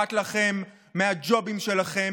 אכפת לכם מהג'ובים שלכם,